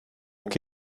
que